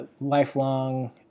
Lifelong